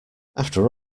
after